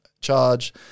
charge